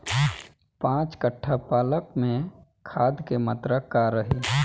पाँच कट्ठा पालक में खाद के मात्रा का रही?